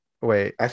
Wait